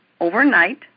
overnight